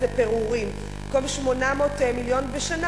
איזה פירורים: במקום 800 מיליון בשנה,